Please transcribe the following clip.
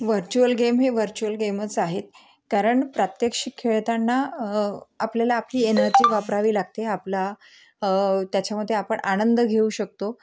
virtual game हे virtual गेमच आहे कारण प्रात्यक्षिक खेळताना आपल्याला आपली एनर्जी वापरावी लागते आपला त्याच्यामध्ये आपण आनंद घेऊ शकतो